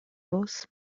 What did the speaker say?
voz